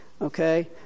Okay